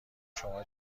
شما